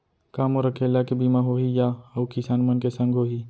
का मोर अकेल्ला के बीमा होही या अऊ किसान मन के संग होही?